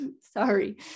Sorry